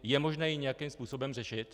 Je možné ji nějakým způsobem řešit?